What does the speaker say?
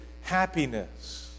happiness